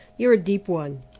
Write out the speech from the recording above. you're a deep one.